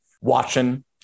watching